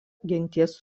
genties